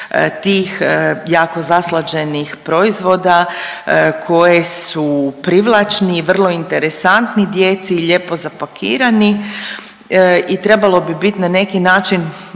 tih jako zaslađenih proizvoda koji su privlačni i vrlo interesantni djeci i lijepo zapakirani i trebalo bi biti na neki način,